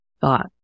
thought